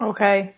Okay